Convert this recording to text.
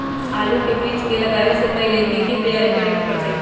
आलू के बीज के लगाबे से पहिले की की तैयारी करे के परतई?